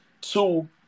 Two